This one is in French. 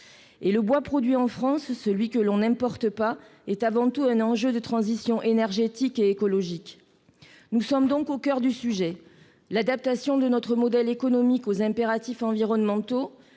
le bois produit en France, celui que l'on n'importe pas, est avant tout un enjeu de transition énergétique et écologique. Nous sommes donc au coeur du sujet : l'adaptation de notre modèle économique aux impératifs environnementaux,